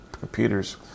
computers